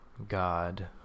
God